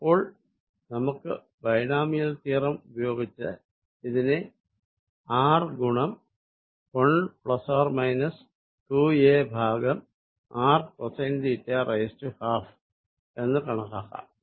അപ്പോൾ നമുക്ക് binomial theorem ഉപയോഗിച്ച് ഇതിനെ r ഗുണം 1 പ്ലസ് ഓർ മൈനസ് 2 a ഭാഗം r cosine theta raised to 1 2 എന്ന് കണക്കാക്കാം